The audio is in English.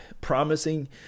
promising